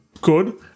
good